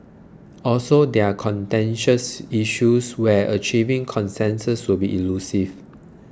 also they are contentious issues where achieving consensus will be elusive